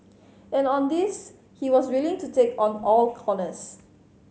and on this he was willing to take on all